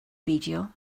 beidio